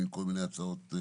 זה גרם לכך שבנוסף לשפעת,